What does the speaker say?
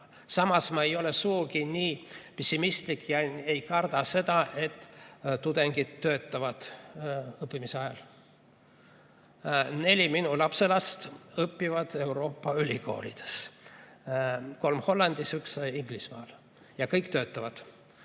Samas ei ole ma sugugi nii pessimistlik ja ei karda seda, et tudengid töötavad õppimise ajal. Neli minu lapselast õpivad Euroopa ülikoolides, kolm Hollandis, üks Inglismaal, ja kõik töötavad.